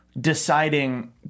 deciding